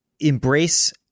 embrace